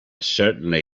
certainly